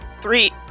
three